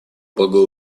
благое